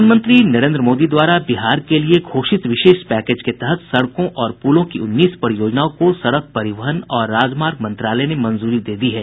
प्रधानमंत्री नरेंद्र मोदी द्वारा बिहार के लिये घोषित विशेष पैकेज के तहत सड़कों और पुलों की उन्नीस परियोजनाओं को सड़क परिवहन और राजमार्ग मंत्रालय ने मंजूरी दे दी है